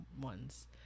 ones